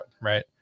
right